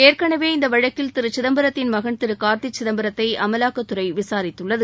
ஏற்கனவே இந்த வழக்கில் திரு சிதம்பரத்தின் மகள் திரு கார்த்தி சிதம்பரத்தை அமலாக்கத்துறை விசாரித்துள்ளது